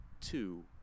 two